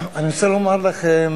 אני רוצה לומר לכם